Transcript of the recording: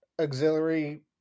auxiliary